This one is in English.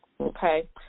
okay